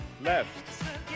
left